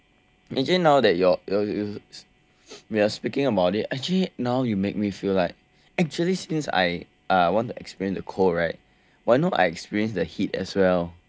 actually now that you're you're speaking about it actually now you make me feel like actually since I want to experience the cold right why not I experience the heat as well